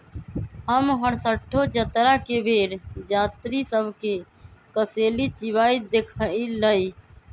हम हरसठ्ठो जतरा के बेर जात्रि सभ के कसेली चिबाइत देखइलइ